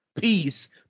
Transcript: Peace